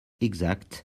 exact